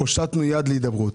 הושטנו יד להידברות.